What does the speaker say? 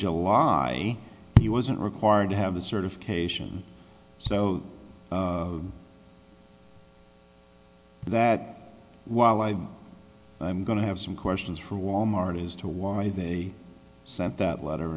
july he wasn't required to have the certification so that while i am going to have some questions for wal mart is to why they sent that letter